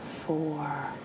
four